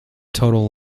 total